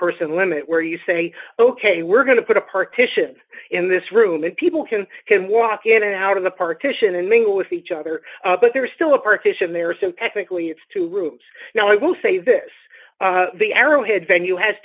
person limit where you say ok we're going to put a partition in this room and people can can walk in and out of the partition and mingle with each other but there's still a partition there so technically it's two rooms now i will say this the arrowhead venue has